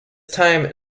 time